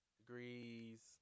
degrees